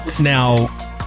Now